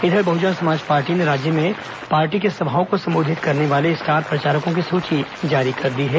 इधर बहुजन समाज पार्टी ने राज्य में पार्टी की सभाओं को संबोधित करने वाले स्टार प्रचारकों की सूची जारी कर दी है